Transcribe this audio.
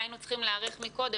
היינו צריכים להיערך לכך קודם,